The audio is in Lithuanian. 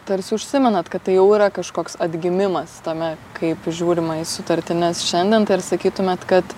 tarsi užsimenat kad tai jau yra kažkoks atgimimas tame kaip žiūrima į sutartines šiandien tai ar sakytumėt kad